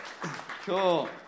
Cool